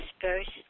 dispersed